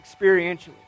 experientially